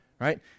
right